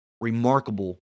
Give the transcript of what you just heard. remarkable